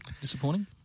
disappointing